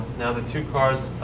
now the two cars,